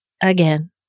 again